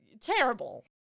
Terrible